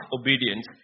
obedience